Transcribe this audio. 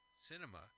cinema